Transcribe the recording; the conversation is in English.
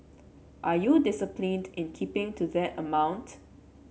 are you disciplined in keeping to that amount